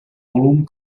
volum